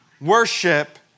worship